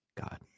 God